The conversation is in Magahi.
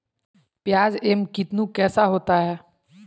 प्याज एम कितनु कैसा होता है?